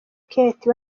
kate